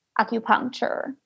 acupuncture